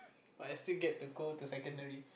but I still get to go to secondary